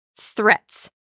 threats